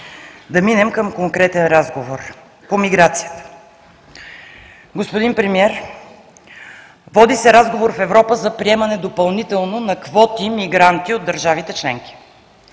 Да минем към конкретен разговор по миграцията. Господин Премиер, води се разговор в Европа за приемане допълнително на квоти мигранти от държавите членки.